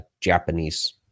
Japanese